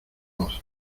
voz